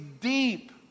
deep